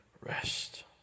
rest